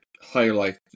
highlight